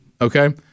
Okay